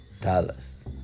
Dallas